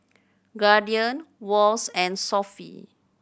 Guardian Wall's and Sofy